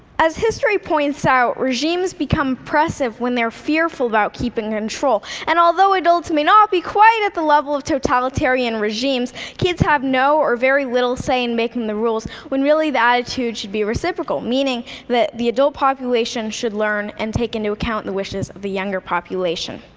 as history points out, regimes become oppressive when they're fearful about keeping control. and although adults may not be quite at the level of totalitarian regimes, kids have no or very little say in making the rules, when really, the attitude should be reciprocal, meaning that the adult population should learn and take into account the wishes of the younger population.